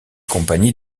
compagnies